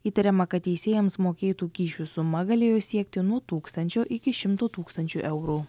įtariama kad teisėjams mokėtų kyšių suma galėjo siekti nuo tūkstančio iki šimto tūkstančių eurų